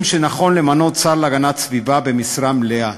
שנכון למנות שר להגנת סביבה במשרה מלאה.